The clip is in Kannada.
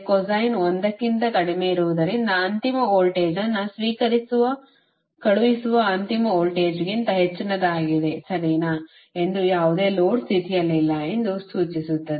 cosine 1 ಕ್ಕಿಂತ ಕಡಿಮೆಯಿರುವುದರಿಂದ ಅಂತಿಮ ವೋಲ್ಟೇಜ್ ಅನ್ನು ಸ್ವೀಕರಿಸುವ ಕಳುಹಿಸುವ ಅಂತಿಮ ವೋಲ್ಟೇಜ್ಗಿಂತ ಹೆಚ್ಚಿನದಾಗಿದೆ ಸರಿನಾ ಎಂದು ಯಾವುದೇ ಲೋಡ್ ಸ್ಥಿತಿಯಲ್ಲಿಲ್ಲ ಎಂದು ಸೂಚಿಸುತ್ತದೆ